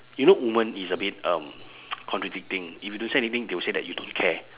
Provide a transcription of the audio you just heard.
you know woman is a bit um contradicting if you don't say anything they will say that you don't care